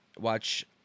Watch